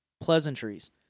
pleasantries